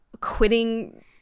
quitting